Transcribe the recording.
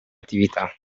attività